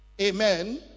Amen